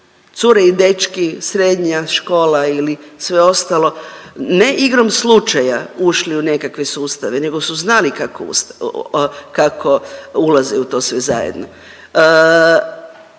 cure i dečki, srednja škola ili sve ostalo, ne igrom slučaja ušli u nekakve sustave, nego su znali kako ulaze u to sve zajedno.